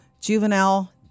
juvenile